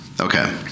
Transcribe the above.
Okay